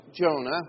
Jonah